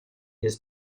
his